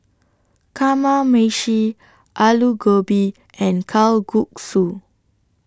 Kamameshi Alu Gobi and Kalguksu